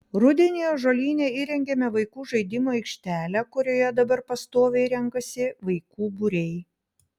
rudenį ąžuolyne įrengėme vaikų žaidimų aikštelę kurioje dabar pastoviai renkasi vaikų būriai